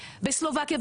בסלובקיה,